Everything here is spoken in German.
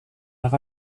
nach